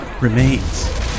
remains